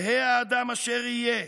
יהא האדם אשר יהיה,